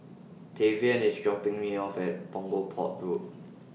Tavian IS dropping Me off At Punggol Port Road